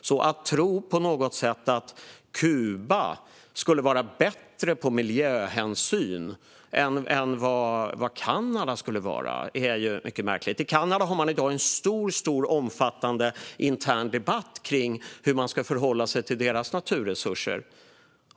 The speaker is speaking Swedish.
Att på något sätt tro att Kuba skulle vara bättre på miljöhänsyn än vad Kanada skulle vara är mycket märkligt. I Kanada har man en omfattande intern debatt om hur man ska förhålla sig till sina naturresurser.